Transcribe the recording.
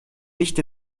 nicht